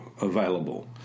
available